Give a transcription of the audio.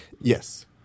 yes